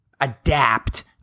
adapt